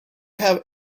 have